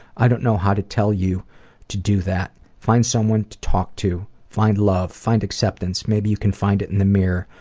i don't know how to tell you to do that. find someone to talk to. find love. find acceptance. maybe you can find it in the mirror,